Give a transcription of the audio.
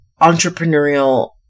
entrepreneurial